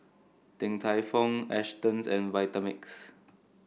Din Tai Fung Astons and Vitamix